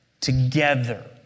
together